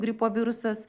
gripo virusas